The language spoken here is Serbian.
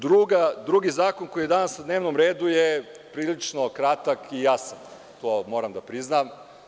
Drugi zakon koji je danas na dnevnom redu je prilično kratak i jasan, moram da priznam.